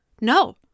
No